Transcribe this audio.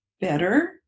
better